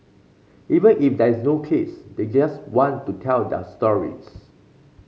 even if there is no case they just want to tell their stories